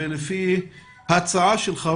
לפי ההצעה שלך,